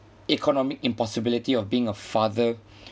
economic impossibility of being a father